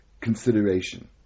consideration